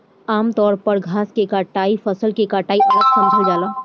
आमतौर पर घास के कटाई फसल के कटाई अलग समझल जाला